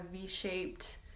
V-shaped